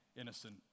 innocent